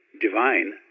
divine